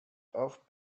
off